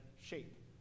shape